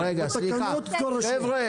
בתקנות כבר רשום.